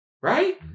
Right